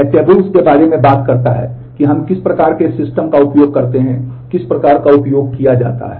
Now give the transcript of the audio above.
यह टेबल्स के बारे में बात करता है कि हम किस प्रकार के सिस्टम का उपयोग करते हैं किस प्रकार का उपयोग किया जाता है